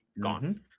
gone